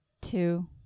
two